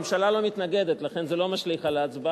הממשלה לא מתנגדת, לכן זה לא משליך על ההצבעה.